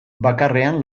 bakarrean